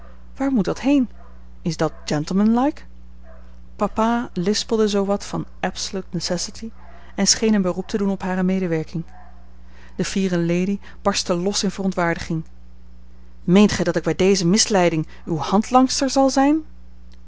waar moet dat heen is dat gentlemanlike papa lispelde zoo wat van absolute necessity en scheen een beroep te doen op hare medewerking de fiere lady barstte los in verontwaardiging meent gij dat ik bij deze misleiding uwe handlangster zal zijn